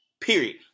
Period